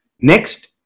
Next